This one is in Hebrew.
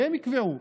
שהם יקבעו.